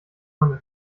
man